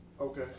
Okay